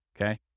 Okay